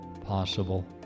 possible